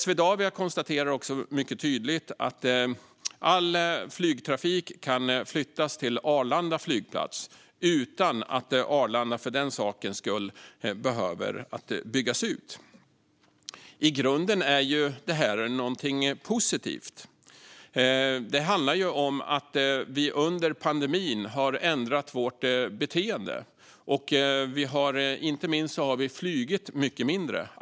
Swedavia konstaterar också mycket tydligt att all flygtrafik kan flyttas till Arlanda flygplats utan att Arlanda för den sakens skull behöver byggas ut. I grunden är detta någonting positivt. Det handlar om att vi under pandemin har ändrat vårt beteende. Inte minst har vi flugit mycket mindre.